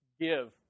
give